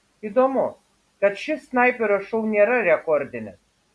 įdomu kad šis snaiperio šou nėra rekordinis